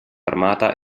armata